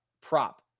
prop